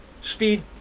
speed